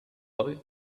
boy